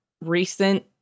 recent